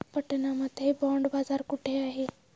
पटना मध्ये बॉंड बाजार कुठे आहे?